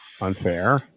unfair